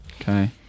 Okay